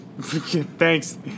Thanks